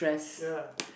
ya